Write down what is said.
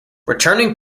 returning